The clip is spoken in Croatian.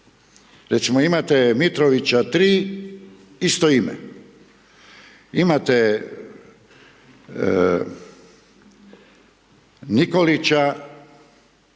Recimo imate Mitrovića 3, isto ime. Imate Nikolića,